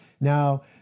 Now